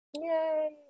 Yay